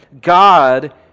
God